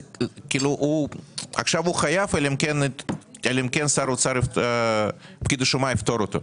עכשיו הוא חייב אלא אם כן פקיד השומה יפטור אותו?